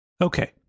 Okay